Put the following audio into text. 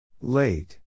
Late